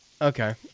Okay